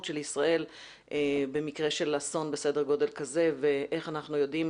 של ישראל במקרה של אסון בסדר גודל כזה ואיך אנחנו יודעים